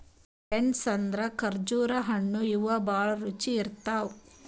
dates ಅಂದ್ರ ಖರ್ಜುರ್ ಹಣ್ಣ್ ಇವ್ ಭಾಳ್ ರುಚಿ ಇರ್ತವ್